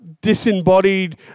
disembodied